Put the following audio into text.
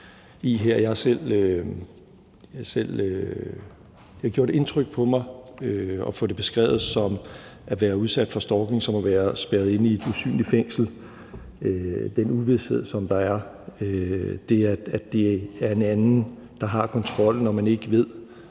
Det har gjort indtryk på mig, at man har beskrevet det at være udsat for stalking som at være spærret inde i et usynligt fængslet – den uvished, som der er; det, at det er en anden, der har kontrollen, og at man ikke ved,